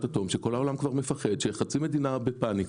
אטום כך שכל העולם כבר מפחד וחצי מדינה בפאניקה.